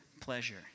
pleasure